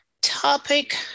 topic